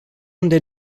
unde